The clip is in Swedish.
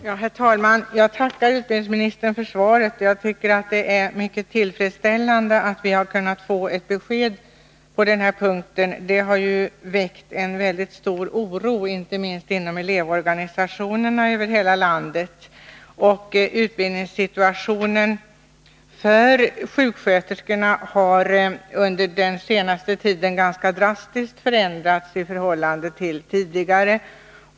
Herr talman! Jag tackar utbildningsministern för svaret. Det är mycket tillfredsställande att vi har kunnat få ett besked på den här punkten. Man har känt en mycket stor oro inte minst inom elevorganisationerna över hela landet. Utbildningssituationen för sjuksköterskorna har under den senaste tiden förändrats ganska drastiskt i förhållande till tidigare.